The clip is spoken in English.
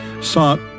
sought